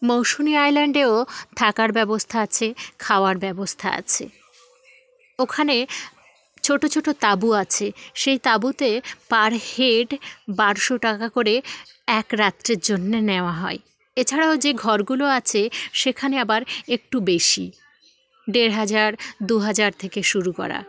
মৌসুনী আইল্যাণ্ডেও থাকার ব্যবস্থা আছে খাওয়ার ব্যবস্থা আছে ওখানে ছোট ছোট তাঁবু আছে সেই তাঁবুতে পার হেড বারোশো টাকা করে এক রাত্রের জন্যে নেওয়া হয় এছাড়াও যে ঘরগুলো আছে সেখানে আবার একটু বেশি দেড় হাজার দু হাজার থেকে শুরু করা